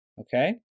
okay